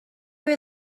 rely